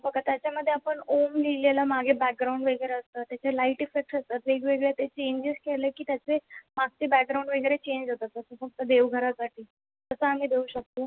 बघा त्याच्यामध्ये आपण ओम लिहिलेला मागे बॅकग्राऊंड वगैरा असतं तेचे लाईट इफेक्ट्स असतात वेगवेगळे ते चेंजेस केले की त्याचे मागची बॅकग्राऊंड वगैरे चेंज होतं तसं फक्त देवघरासाठी तसं आम्ही देऊ शकतो